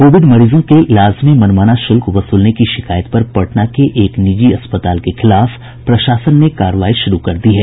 Covid मरीजों के इलाज में मनमाना शुल्क वसूलने की शिकायत पर पटना के एक निजी अस्पताल के खिलाफ प्रशासन ने कार्रवाई शुरू कर दी है